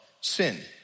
sin